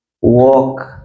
Walk